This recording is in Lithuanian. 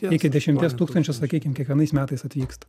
iki dešimties tūkstančių sakykim kiekvienais metais atvyksta